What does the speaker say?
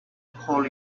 call